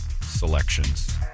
selections